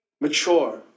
mature